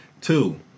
Two